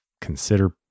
consider